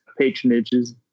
patronages